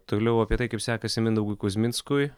toliau apie tai kaip sekasi mindaugui kuzminskui